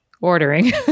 ordering